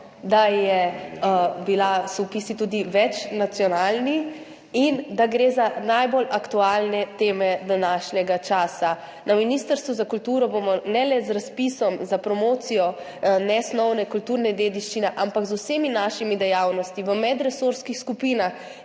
da so vpisi tudi večnacionalni in da gre za najbolj aktualne teme današnjega časa. Na Ministrstvu za kulturo bomo ne le z razpisom za promocijo nesnovne kulturne dediščine, ampak z vsemi našimi dejavnostmi v medresorskih skupinah